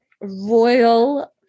royal